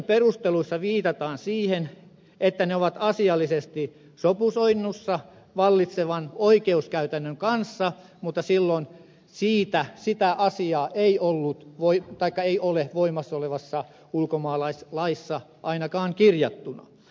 perusteluissa viitataan siihen että ne ovat asiallisesti sopusoinnussa vallitsevan oikeuskäytännön kanssa mutta sitä asiaa ei ole voimassa olevassa ulkomaalaislaissa ainakaan kirjattuna